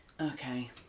Okay